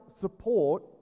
support